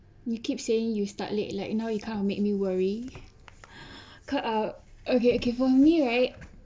you keep saying you start late like you know you kind of makes me worry co~ ah okay okay for me right